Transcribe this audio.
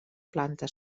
planta